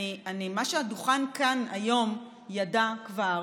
מה שהדוכן כאן היום ידע כבר